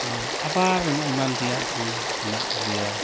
ᱟᱵᱟᱨ ᱮᱢᱟᱱ ᱛᱮᱭᱟᱜ ᱠᱚ ᱢᱮᱱᱟᱜ ᱠᱚᱜᱮᱭᱟ